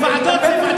אתה יושב-ראש ועדה?